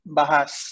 bahas